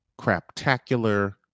craptacular